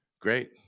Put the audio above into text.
Great